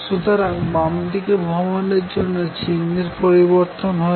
সুতরাং বামদিকে ভ্রমনের জন্য চিহ্নের পরিবর্তন হয়েছে